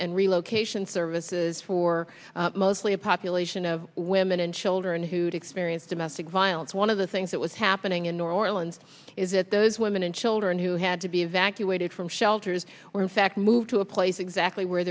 and relocation services for mostly a population of women and children who'd experienced domestic violence one of the things that was happening in new orleans is that those women and children who had to be evacuated from shelters were in fact moved to a place exactly where